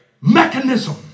mechanism